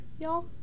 y'all